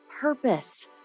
Purpose